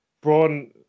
Braun